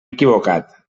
equivocat